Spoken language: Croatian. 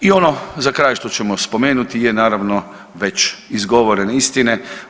I ono za kraj što ćemo spomenuti je naravno već izgovorene istine.